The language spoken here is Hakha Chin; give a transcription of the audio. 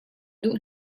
duh